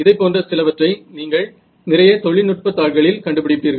இதைப் போன்ற சிலவற்றை நீங்கள் நிறைய தொழில்நுட்ப தாள்களில் கண்டுபிடிப்பீர்கள்